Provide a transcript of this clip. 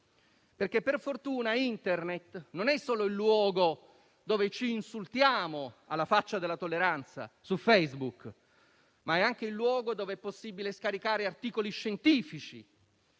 perché per fortuna Internet non è solo il luogo dove ci insultiamo, alla faccia della tolleranza, su Facebook, ma è anche il luogo dove è possibile scaricare articoli scientifici.